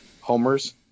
homers